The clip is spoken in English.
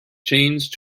changed